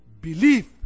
belief